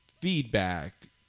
feedback